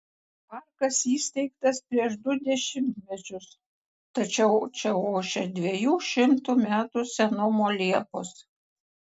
parkas įsteigtas prieš du dešimtmečius tačiau čia ošia dviejų šimtų metų senumo liepos